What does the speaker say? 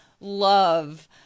love